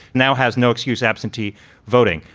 now has no excuse, absentee voting.